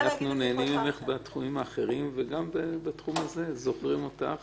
אנחנו נהנים ממך בתחומים האחרים וגם בתחום הזה זוכרים אותך